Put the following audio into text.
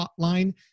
hotline